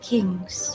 Kings